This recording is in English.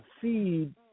feed